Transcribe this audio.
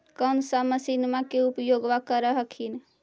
कौन सा मसिन्मा मे उपयोग्बा कर हखिन?